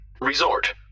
Resort